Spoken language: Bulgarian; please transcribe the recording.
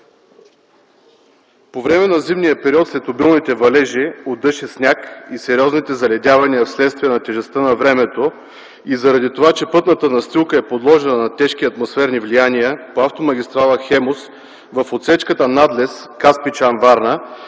По време на зимния период след обилните валежи от дъжд и сняг и сериозните заледявания вследствие на тежестта на времето и заради това, че пътната настилка е подложена на тежки атмосферни влияния по автомагистрала „Хемус” в отсечката надлез Каспичан – Варна